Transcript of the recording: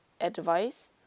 advice